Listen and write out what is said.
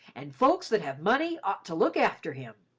and folks that have money ought to look after him.